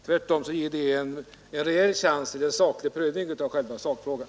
Tvärtom ger det en rejäl chans till prövning av själva sakfrågan.